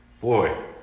boy